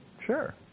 Sure